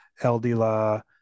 Eldila